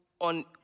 on